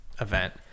event